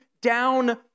down